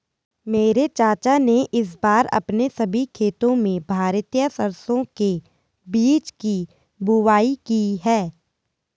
मेरे चाचा ने इस बार अपने सभी खेतों में भारतीय सरसों के बीज की बुवाई की है